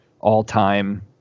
all-time